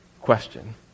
question